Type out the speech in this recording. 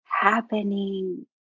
happening